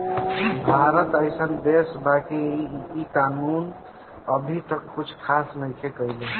भारत एइसन देश बा इ कानून अभी तक कुछ खास नईखे कईले